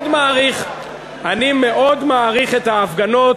מאוד מעריך את ההפגנות,